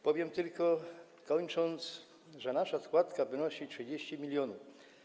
Powiem tylko, kończąc, że nasza składka wynosi 30 mln.